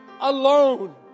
alone